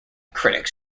critics